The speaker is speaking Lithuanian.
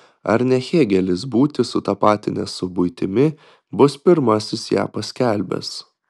ar ne hėgelis būtį sutapatinęs su buitimi bus pirmasis ją paskelbęs